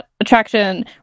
attraction